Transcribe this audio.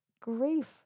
grief